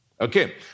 Okay